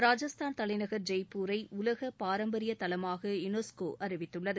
ராஜஸ்தான் தலைநகர் ஜெய்ப்பூரை உலக பாரம்பரிய தலமாக யுனெஸ்கோ அறிவித்துள்ளது